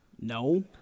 No